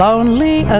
Lonely